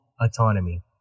autonomy